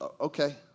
okay